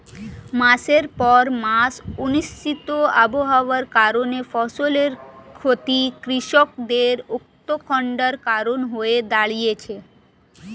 মাসের পর মাস অনিশ্চিত আবহাওয়ার কারণে ফসলের ক্ষতি কৃষকদের উৎকন্ঠার কারণ হয়ে দাঁড়িয়েছে